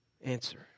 Answer